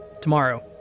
Tomorrow